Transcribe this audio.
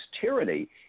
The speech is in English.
tyranny